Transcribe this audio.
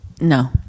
No